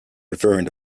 referring